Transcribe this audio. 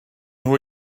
nhw